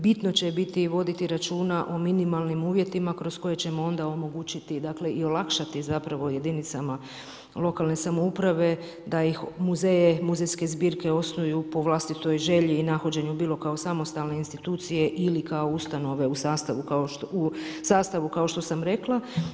Bitno će biti voditi računa o minimalnim uvjetima kroz koje ćemo onda omogućiti, dakle i olakšati zapravo jedinicama lokalne samouprave da ih muzeje, muzejske zbirke osnuju po vlastitoj želji ili nahođenju, bilo kao samostalne institucije ili kao ustanove u sastavu kao što sam rekla.